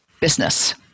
business